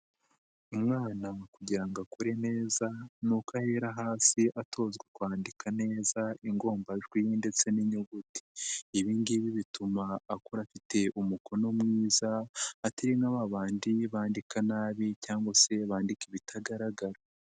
Umwana kugira ngo akure neza ni uko ahera hasi atozwa kwandika neza ingombajwi ndetse n'inyuguti ibingibi bituma akura afite umukono mwiza atari na babandi bandika nabi cyangwa se bandika ibitagaragara.